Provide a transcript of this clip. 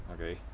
okay